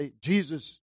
Jesus